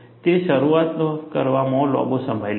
તે શરુઆત કરવામાં લાંબો સમય લે છે